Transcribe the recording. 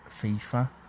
FIFA